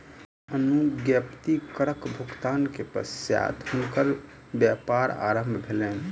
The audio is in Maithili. अनुज्ञप्ति करक भुगतान के पश्चात हुनकर व्यापार आरम्भ भेलैन